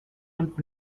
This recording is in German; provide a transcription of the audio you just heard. und